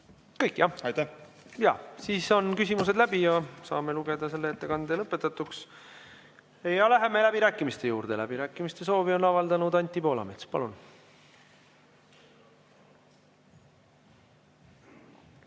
Kõik, jah? Siis on küsimused läbi ja saame lugeda selle ettekande lõpetatuks. Läheme läbirääkimiste juurde. Läbirääkimiste soovi on avaldanud Anti Poolamets. Palun!